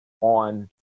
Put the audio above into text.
on